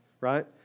right